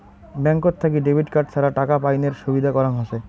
ব্যাঙ্কত থাকি debit card ছাড়া টাকা পাইনের সুবিধা করাং হসে